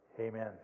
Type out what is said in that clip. Amen